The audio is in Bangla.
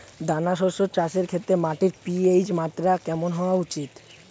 দানা শস্য চাষের ক্ষেত্রে মাটির পি.এইচ মাত্রা কেমন হওয়া উচিৎ?